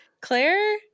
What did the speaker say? Claire